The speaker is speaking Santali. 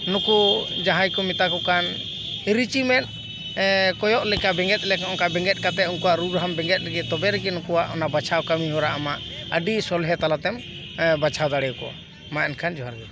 ᱱᱩᱠᱩ ᱡᱟᱦᱟᱸᱭ ᱠᱚ ᱢᱮᱛᱟ ᱠᱚ ᱠᱟᱱ ᱨᱤᱪᱤ ᱢᱮᱸᱫ ᱠᱚᱭᱚᱜ ᱞᱮᱠᱟ ᱵᱮᱸᱜᱮᱫ ᱞᱮᱫ ᱚᱱᱠᱟ ᱵᱮᱸᱜᱮᱫ ᱠᱟᱛᱮᱫ ᱩᱱᱠᱩᱣᱟᱜ ᱨᱩ ᱨᱟᱦᱟᱢ ᱵᱮᱸᱜᱮᱫ ᱜᱮ ᱛᱚᱵᱮ ᱨᱮᱜᱮ ᱱᱩᱠᱩᱣᱟᱜ ᱚᱱᱟ ᱵᱟᱪᱷᱟᱣ ᱠᱟᱢᱤ ᱦᱚᱨᱟ ᱟᱢᱟᱜ ᱟᱰᱤ ᱥᱚᱞᱦᱮ ᱛᱟᱞᱟᱛᱮᱢ ᱵᱟᱪᱷᱟᱣ ᱫᱟᱲᱮᱣ ᱠᱚᱣᱟ ᱢᱟ ᱮᱱᱠᱷᱟᱱ ᱡᱚᱦᱟᱨ ᱜᱮ